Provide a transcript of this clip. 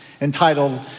entitled